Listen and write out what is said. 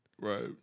Right